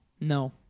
No